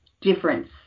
difference